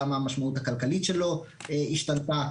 גם המשמעות הכלכלית שלו השתנתה.